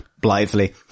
blithely